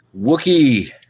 Wookie